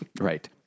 Right